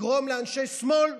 תגרום לאנשי שמאל,